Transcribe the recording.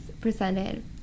presented